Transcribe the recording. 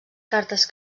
cartes